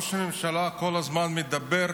ראש הממשלה כל הזמן מדבר: